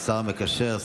השר המקשר,